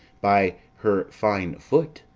by her fine foot,